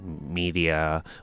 media